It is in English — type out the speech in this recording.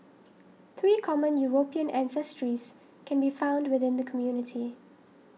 three common European ancestries can be found within the community